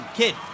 kid